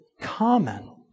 Common